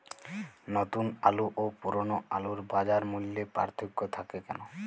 নতুন আলু ও পুরনো আলুর বাজার মূল্যে পার্থক্য থাকে কেন?